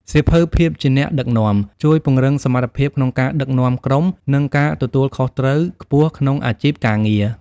សៀវភៅភាពជាអ្នកដឹកនាំ ជួយពង្រឹងសមត្ថភាពក្នុងការដឹកនាំក្រុម និងការទទួលខុសត្រូវខ្ពស់ក្នុងអាជីពការងារ។